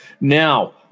Now